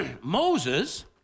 Moses